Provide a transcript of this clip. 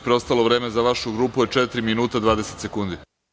Preostalo vreme za vašu grupu je četiri minuta i 20 sekundi.